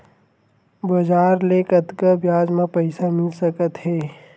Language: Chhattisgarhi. बजार ले कतका ब्याज म पईसा मिल सकत हे?